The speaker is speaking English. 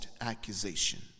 accusation